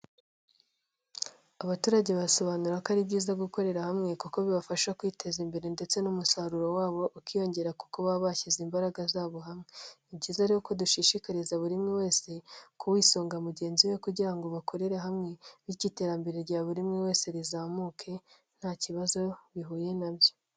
Abaturage basobanura ko ari byiza gukorera hamwe, kuko bibafasha kwiteza imbere ndetse n'umusaruro wabo ukiyongera kuko baba bashyize imbaraga zabo hamwe. Ni byiza rero ko dushishikariza buri wese kwisunga mugenzi we, kugira ngo bakorere hamwe bityo iterambere rya buri muntu wese rizamuke nta kibazo brhuye nacyo.